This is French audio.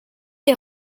des